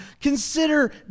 Consider